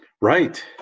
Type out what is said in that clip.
right